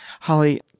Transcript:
Holly